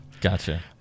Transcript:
Gotcha